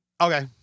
Okay